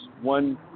one